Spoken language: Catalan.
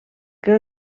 que